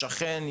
שכן,